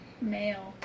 male